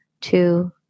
two